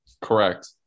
Correct